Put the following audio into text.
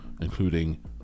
including